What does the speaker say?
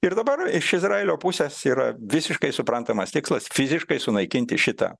ir dabar iš izraelio pusės yra visiškai suprantamas tikslas fiziškai sunaikinti šitą